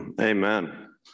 Amen